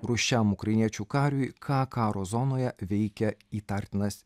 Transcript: rūsčiam ukrainiečių kariui ką karo zonoje veikė įtartinas